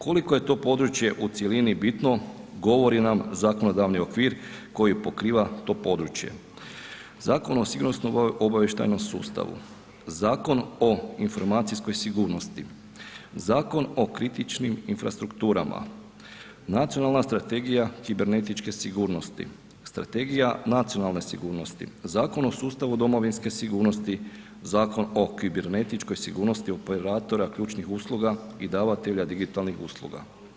Koliko je to područje u cjelini bitno govori nam zakonodavni okvir koji pokriva to područje, Zakon o sigurnosno obavještajnom sustavu, Zakon o informacijskoj sigurnosti, Zakon o kritičnim infrastrukturama, Nacionalna strategija kibernetičke sigurnosti, Strategija nacionalne sigurnosti, Zakon o sustavu domovinske sigurnosti, Zakon o kibernetičkoj sigurnosti operatora ključnih usluga i davatelja digitalnih usluga.